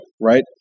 right